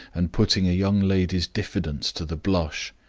and putting a young lady's diffidence to the blush.